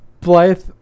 Blythe